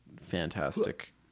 fantastic